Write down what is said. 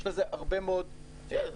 יש לזה הרבה מאוד נדבכים.